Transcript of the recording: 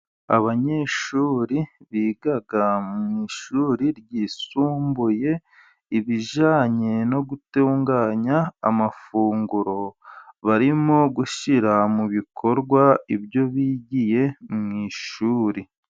Abanyeshuri biga mu ishuri ryisumbuye, ibijyanye no gutunganya amafunguro, barimo gushyira mu bikorwa ibyo bigiye mu ishuri.